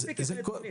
מספיק עם נתונים.